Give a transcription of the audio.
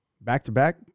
Back-to-back